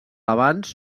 abans